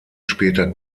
später